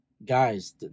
Guys